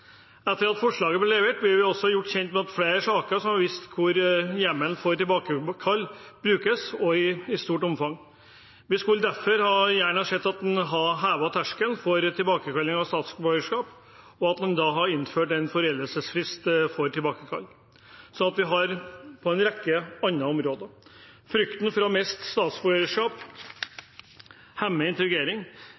Etter at forslaget ble levert, ble vi også gjort kjent med flere saker som har vist hvordan hjemmelen for tilbakekall brukes, og i hvor stort omfang. Vi skulle derfor gjerne sett at en hadde hevet terskelen for tilbakekalling av statsborgerskap, og at en hadde innført en foreldelsesfrist for tilbakekall, som vi har på en rekke andre områder. Frykten for